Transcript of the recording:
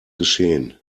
geschehen